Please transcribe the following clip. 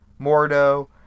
Mordo